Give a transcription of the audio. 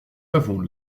avons